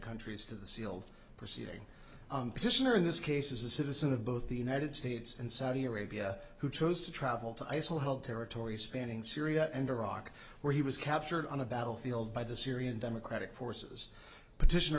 countries to the sealed proceeding position or in this case is a citizen of both the united states and saudi arabia who chose to travel to eisele held territory spanning syria and iraq where he was captured on a battlefield by the syrian democratic forces petition